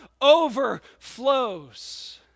overflows